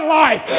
life